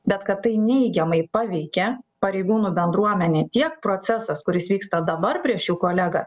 bet kad tai neigiamai paveikia pareigūnų bendruomenę tiek procesas kuris vyksta dabar prieš jų kolegą